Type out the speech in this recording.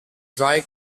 dry